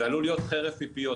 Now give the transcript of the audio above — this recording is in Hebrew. זה עלול להיות חרב פיפיות,